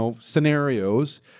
scenarios